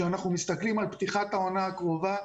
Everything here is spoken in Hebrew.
שכשאנחנו מסתכלים על פתיחת העונה הקרובה,